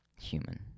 human